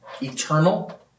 Eternal